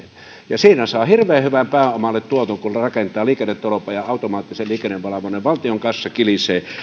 ja siinä saa hirveän hyvän tuoton pääomalle kun rakentaa liikennetolpan ja automaattisen liikennevalvonnan valtionkassa kilisee